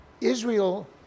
Israel